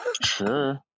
Sure